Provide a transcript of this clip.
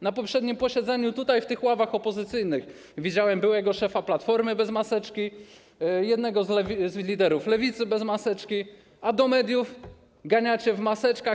Na poprzednim posiedzeniu w tych ławach opozycyjnych widziałem byłego szefa Platformy bez maseczki, jednego z liderów Lewicy bez maseczki, a do mediów ganiacie w maseczkach.